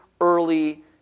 early